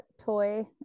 toy